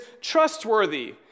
trustworthy